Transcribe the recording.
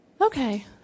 okay